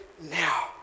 now